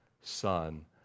Son